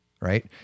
right